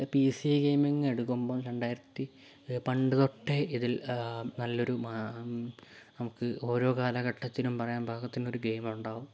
P C ഐ gaming എടുക്കുമ്പോൾ രണ്ടായിരത്തി പണ്ടുതൊട്ടെ ഇതിൽ നല്ലൊരു ആ നമുക്ക് ഓരോ കാലഘട്ടത്തിനും പറയാൻ പാകത്തിനൊരു ഗെയിമുണ്ടാകും